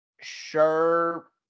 sure